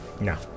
No